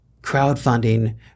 crowdfunding